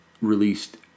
released